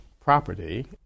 property